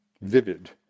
vivid